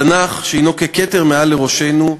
התנ"ך הוא ככתר מעל לראשנו,